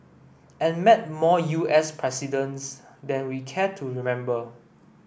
and met more U S presidents than we care to remember